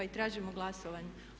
I tražimo glasovanje.